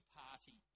party